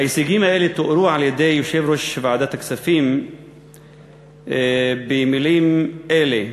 ההישגים האלה תוארו על-ידי יושב-ראש ועדת הכספים במילים אלה,